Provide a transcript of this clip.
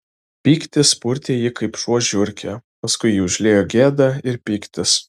pyktis purtė jį kaip šuo žiurkę paskui jį užliejo gėda ir pyktis